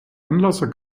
anlasser